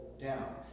down